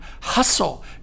Hustle